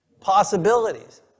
possibilities